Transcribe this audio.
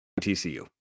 TCU